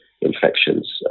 infections